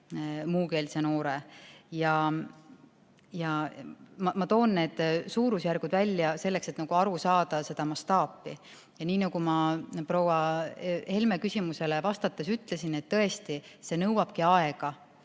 muukeelse noore. Ma toon need suurusjärgud välja selleks, et aru saada mastaabist. Nii nagu ma proua Helme küsimusele vastates ütlesin, tõesti, see nõuabki aega.